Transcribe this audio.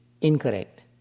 incorrect